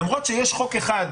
למרות שיש חוק אחד,